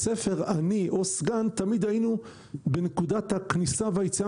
הספר אני או הסגן תמיד היינו בנקודה הכניסה והיציאה